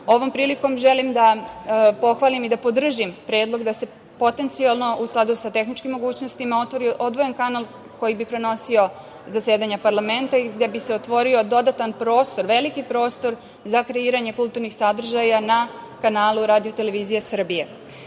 prilikom želim da pohvalim i podržim predlog da se potencijalno, u skladu sa tehničkim mogućnostima otvori odvojen kanal koji bi prenosio zasedanja parlamenta i gde bi se otvorio dodatan prostor, veliki prostor za kreiranje kulturnih sadržaja na kanalu RTS.Na ovaj način